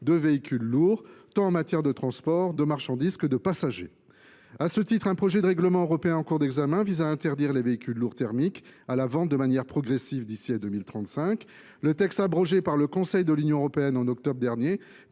de véhicules lourds, en matière de transport tant de marchandises que de passagers. À ce titre, un projet de règlement européen en cours d’examen vise à interdire les véhicules lourds thermiques à la vente de manière progressive d’ici à 2035. Le texte adopté par le Conseil de l’Union européenne en octobre dernier